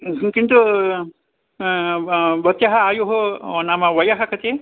म् ह् किन्तु ब भवत्याः आयुः नाम वयः कति